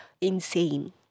insane